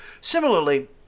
Similarly